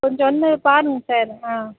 கொஞ்சம் வந்து பாருங்கள் சார் ஆ